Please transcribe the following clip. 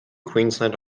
queensland